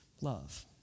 love